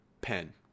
pen